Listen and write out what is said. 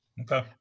Okay